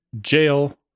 jail